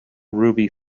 ruby